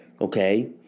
okay